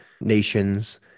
nations